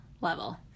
level